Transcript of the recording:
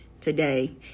today